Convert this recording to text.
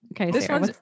Okay